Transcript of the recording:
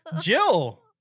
Jill